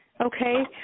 Okay